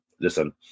Listen